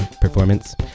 performance